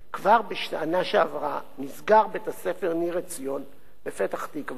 כבר בשנה שעברה נסגר בית-הספר "נר עציון" בפתח-תקווה,